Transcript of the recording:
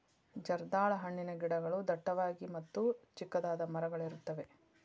ಜರ್ದಾಳ ಹಣ್ಣಿನ ಗಿಡಗಳು ಡಟ್ಟವಾಗಿ ಮತ್ತ ಚಿಕ್ಕದಾದ ಮರಗಳಿರುತ್ತವೆ